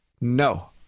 No